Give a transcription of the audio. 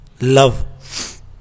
love